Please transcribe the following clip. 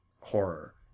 horror